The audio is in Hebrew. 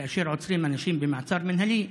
כאשר עוצרים אנשים במעצר מינהלי,